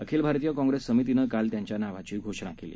अखिलभारतीयकाँग्रेससमितीनंकालत्यांच्यानावाचीघोषणाकेली